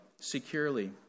securely